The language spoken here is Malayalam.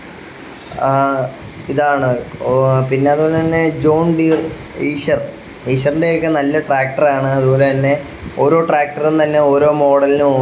നാട്ടുകാർക്ക് ആയാലും എല്ലാവർക്കും നല്ല ഒരു പ്രശസ്തമായ ഞങ്ങളുടെ നാട്ടിലെ അതായത് എൻ്റെ ഞങ്ങളുടെ അടുത്തുള്ള വശത്തെ ഏറ്റവും നല്ല ഒരു സ്കൂളാണ് ഞാൻ പഠിച്ച കൂടൽ ഗവൺമെൻ്റ് സ്കൂൾ അവിടുത്തെ